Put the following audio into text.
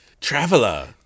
Traveler